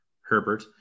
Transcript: Herbert